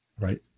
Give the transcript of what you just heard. Right